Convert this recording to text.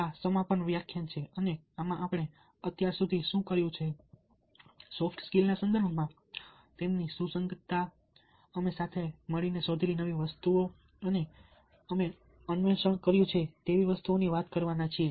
આ સમાપન વ્યાખ્યાન છે અને આમાં આપણે અત્યાર સુધી શું કર્યું છે સોફ્ટ સ્કિલના સંદર્ભમાં તેમની સુસંગતતા અમે સાથે મળીને શોધેલી નવી વસ્તુઓ અને અમે અન્વેષણ કર્યું તેવી વસ્તુઓની વાત કરવાના છીએ